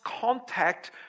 contact